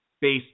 based